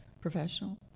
professional